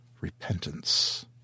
repentance